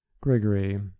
Gregory